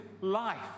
life